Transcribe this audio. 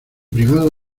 privado